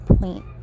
point